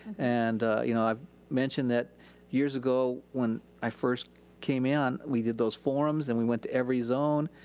and you know i've mentioned that years ago when i first came in, we did those forums and we went to every zone.